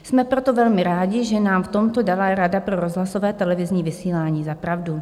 Jsme proto velmi rádi, že nám v tomto dala Rada pro rozhlasové a televizní vysílání za pravdu.